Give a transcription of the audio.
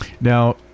now